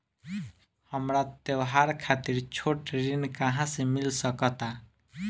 हमरा त्योहार खातिर छोट ऋण कहाँ से मिल सकता?